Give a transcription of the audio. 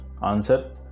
answer